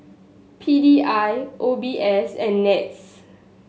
P D I O B S and NETS